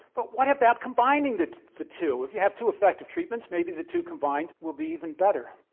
but what about combining the the two? if you have two effective treatments maybe the two combined will be even better.